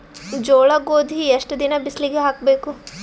ಜೋಳ ಗೋಧಿ ಎಷ್ಟ ದಿನ ಬಿಸಿಲಿಗೆ ಹಾಕ್ಬೇಕು?